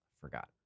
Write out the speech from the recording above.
Forgot